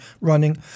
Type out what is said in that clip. running